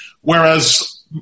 Whereas